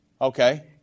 Okay